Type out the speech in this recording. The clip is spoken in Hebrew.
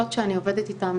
אנחנו נותנות לכם כאן מתנה,